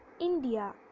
India